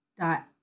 dot